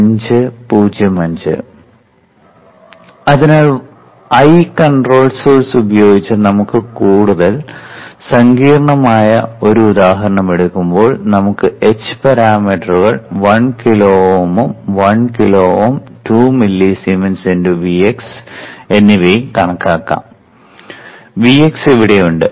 അതിനാൽ I control source ഉപയോഗിച്ച് കൂടുതൽ സങ്കീർണ്ണമായ ഒരു ഉദാഹരണം എടുക്കുമ്പോൾ നമുക്ക് h പാരാമീറ്ററുകൾ 1 കിലോ Ω 1 കിലോ Ω 2 മില്ലിസീമെൻസ് × Vx എന്നിവയും കണക്കാക്കാം Vx ഇവിടെയുണ്ട്